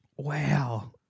Wow